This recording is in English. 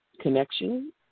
connection